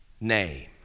name